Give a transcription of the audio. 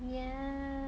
yeah